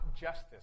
justice